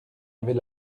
avait